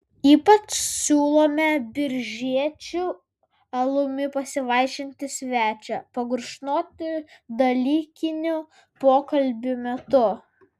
ypač siūlome biržiečių alumi pavaišinti svečią pagurkšnoti dalykinių pokalbių metu